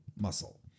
muscle